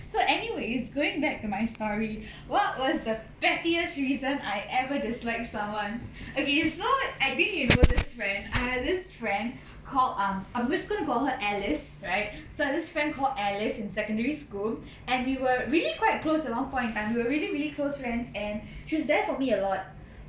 so anyways going back to my story what was the pettiest reason I ever dislike someone okay so I think you know this friend I have this friend called um I'm just going to call her alice right so I have this friend called alice in secondary school and we were really quite close at one point in time we were really really close friends and she's there for me a lot